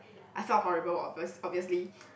I felt horrible obvious obviously